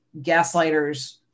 gaslighters